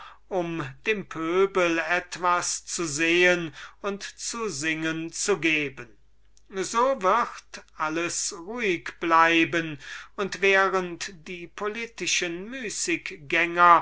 um dem pöbel was zu sehen und zu singen zu geben so wird alles ruhig bleiben und indessen daß die politischen